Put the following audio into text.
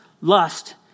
lust